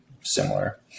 similar